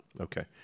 Okay